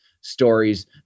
stories